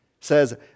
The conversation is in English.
says